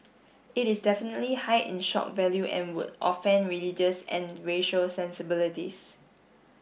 it is definitely high in shock value and would offend religious and racial sensibilities